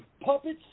puppets